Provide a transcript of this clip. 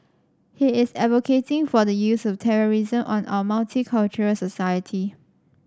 he is advocating for the use of terrorism on our multicultural society